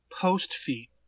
post-feet